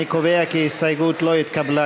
אני קובע כי ההסתייגות לא התקבלה.